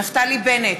נפתלי בנט,